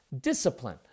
discipline